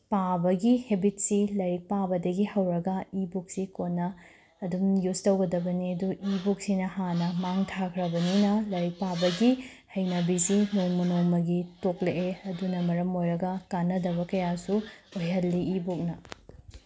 ꯄꯥꯕꯒꯤ ꯍꯦꯕꯤꯠꯁꯤ ꯂꯥꯏꯔꯤꯛ ꯄꯥꯕꯗꯒꯤ ꯍꯧꯔꯒ ꯏ ꯕꯨꯛꯁꯤ ꯀꯣꯟꯅ ꯑꯗꯨꯝ ꯌꯨꯁ ꯇꯧꯒꯗꯕꯅꯤ ꯑꯗꯨ ꯏ ꯕꯨꯛꯁꯤꯅ ꯍꯥꯟꯅ ꯃꯥꯡ ꯊꯥꯈ꯭ꯔꯅꯤꯅ ꯂꯥꯏꯔꯤꯛ ꯄꯥꯕꯒꯤ ꯍꯩꯅꯕꯤꯁꯤ ꯅꯣꯡꯃ ꯅꯣꯡꯃꯒꯤ ꯇꯣꯛꯂꯛꯑꯦ ꯑꯗꯨꯅ ꯃꯔꯝ ꯑꯣꯏꯔꯒ ꯀꯥꯅꯕ ꯀꯌꯥꯁꯨ ꯑꯣꯏꯍꯜꯂꯤ ꯏ ꯕꯨꯛꯅ